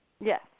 Yes